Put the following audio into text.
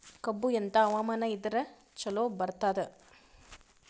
ಕಬ್ಬು ಎಂಥಾ ಹವಾಮಾನ ಇದರ ಚಲೋ ಬರತ್ತಾದ?